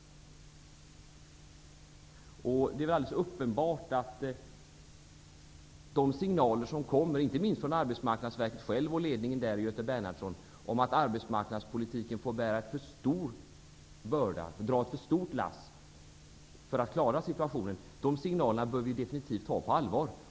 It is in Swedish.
Det är alldeles uppenbart att de signaler som kommer, inte minst från Arbetsmarknadsverket och dess ledning, Göte Bernhardsson, om att arbetsmarknadspolitiken får dra ett för stort lass för att klara situationen, bör vi definitivt ta på allvar.